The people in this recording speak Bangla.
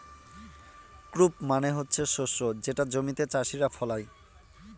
ক্রপ মানে হচ্ছে শস্য যেটা জমিতে চাষীরা ফলায়